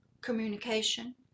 communication